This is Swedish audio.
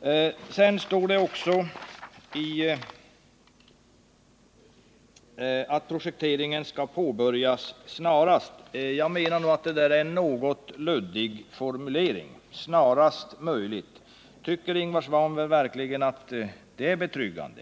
Det står i utskottsbetänkandet att projekteringen skall påbörjas snarast möjligt. Jag tycker nog att det är en något luddig formulering. Tycker Ingvar Svanberg verkligen att det är betryggande?